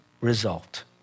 result